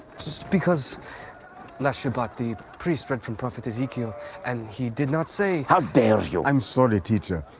just because last shabbat the priest read from prophet ezekiel and he did not say how dare you! i'm sorry, teacher.